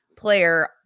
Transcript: player